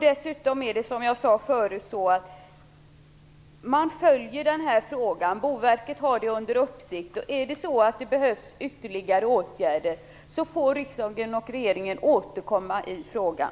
Dessutom följer vi den här frågan. Boverket har den under uppsikt. Är det så att det behövs ytterligare åtgärder får riksdagen och regeringen återkomma i frågan.